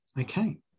okay